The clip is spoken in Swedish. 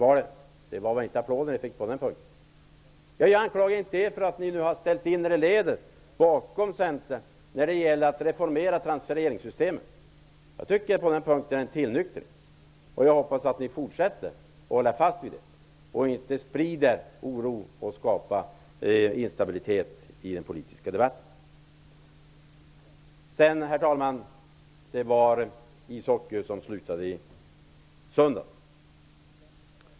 Hur blev det? Ni fick inga applåder på den punkten. Jag anklagar inte er för att ni nu har ställt in er i ledet bakom Centern när det gäller att reformera transfereringssystemen. Jag tycker att det har skett en tillnyktring på den punkten och hoppas att ni fortsätter att stå fast vid den, så att ni inte sprider oro och skapar instabilitet i den politiska debatten. Herr talman! Det var ishockeyfinal i söndags.